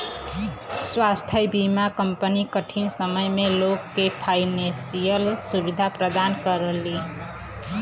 स्वास्थ्य बीमा कंपनी कठिन समय में लोग के फाइनेंशियल सुविधा प्रदान करलीन